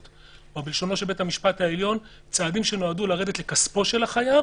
או בלשונו של בית המשפט העליון צעדים שנועדו לרדת לכספו של החייב,